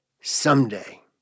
Someday